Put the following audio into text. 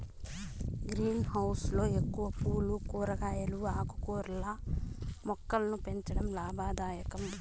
green house లో ఎక్కువగా పూలు, కూరగాయలు, ఆకుకూరల మొక్కలను పెంచడం లాభదాయకం